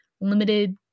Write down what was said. limited